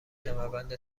کمربند